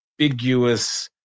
ambiguous